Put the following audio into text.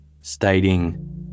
stating